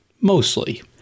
mostly